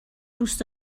دوست